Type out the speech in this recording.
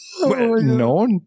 No